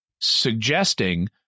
suggesting